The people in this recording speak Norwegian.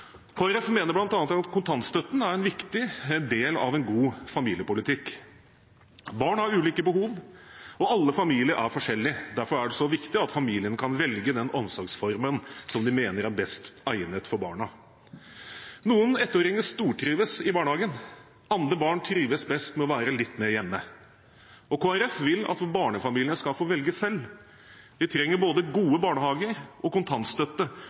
mener bl.a. at kontantstøtten er en viktig del av en god familiepolitikk. Barn har ulike behov, og alle familier er forskjellige. Derfor er det så viktig at familiene kan velge den omsorgsformen som de mener er best egnet for barna. Noen ettåringer stortrives i barnehagen, andre barn trives best med å være litt mer hjemme, og Kristelig Folkeparti vil at barnefamiliene skal få velge selv. Vi trenger både gode barnehager og kontantstøtte,